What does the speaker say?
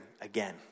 again